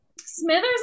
Smithers